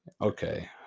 Okay